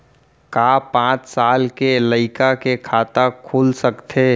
का पाँच साल के लइका के खाता खुल सकथे?